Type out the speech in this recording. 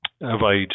avoid